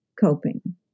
coping